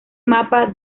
mapa